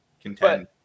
contend